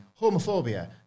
homophobia